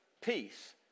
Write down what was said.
peace